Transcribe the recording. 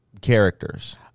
characters